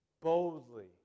boldly